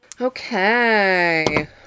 Okay